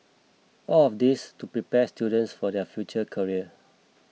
all of this to prepare students for their future career